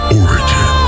origin